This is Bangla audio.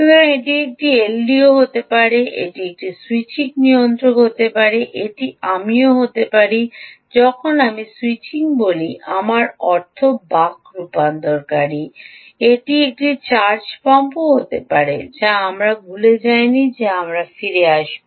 সুতরাং এটি একটি এলডিও হতে পারে এটি একটি স্যুইচিং নিয়ন্ত্রক হতে পারে এটি আমিও থাকতে পারি যখন আমি স্যুইচিং বলি আমার অর্থ বাক রূপান্তরকারী এটি একটি চার্জ পাম্পও হতে পারে যা আমরা ভুলে যাইনি যে আমরা ফিরে আসব